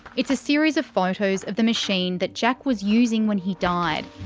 it's a series of photos of the machine that jack was using when he died.